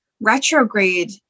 retrograde